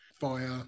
via